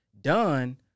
done